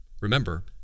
Remember